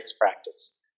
practice